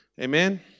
Amen